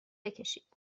بکشید